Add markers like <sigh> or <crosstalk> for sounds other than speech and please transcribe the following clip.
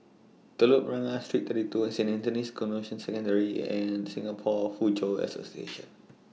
Telok Blangah Street thirty two Saint Anthony's Canossian Secondary and Singapore Foochow Association <noise>